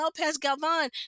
Lopez-Galvan